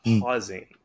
pausing